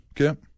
Okay